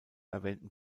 erwähnten